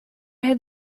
had